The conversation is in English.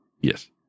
Yes